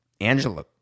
Angela